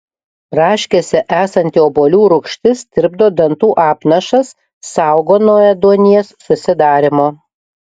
braškėse esanti obuolių rūgštis tirpdo dantų apnašas saugo nuo ėduonies susidarymo